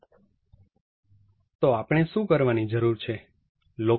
તો આપણે શું કરવાની જરૂર છે